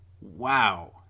Wow